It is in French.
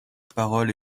parole